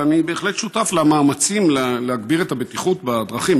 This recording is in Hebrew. ואני בהחלט שותף למאמצים להגביר את הבטיחות בדרכים,